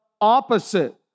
opposite